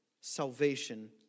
salvation